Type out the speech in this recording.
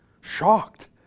shocked